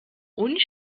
und